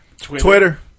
Twitter